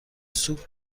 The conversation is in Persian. سوپ